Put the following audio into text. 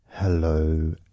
Hello